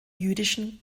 jüdischen